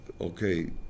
okay